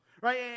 right